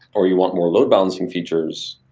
or you want more load balancing features,